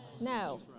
No